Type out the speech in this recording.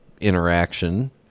interaction